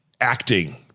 acting